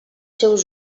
seus